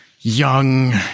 young